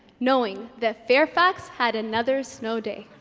knowing that fairfax had another snow day